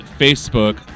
Facebook